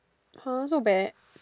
!huh! so bad